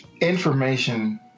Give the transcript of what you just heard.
information